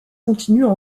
continuent